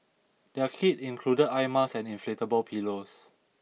their kit included eye masks and inflatable pillows